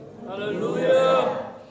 Hallelujah